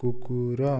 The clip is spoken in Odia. କୁକୁର